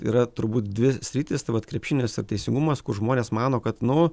yra turbūt dvi sritys tai vat krepšinis ir teisingumas kur žmonės mano kad nu